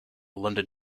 london